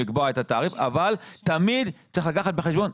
לקבוע את התעריף אבל תמיד צריך לקחת בחשבון,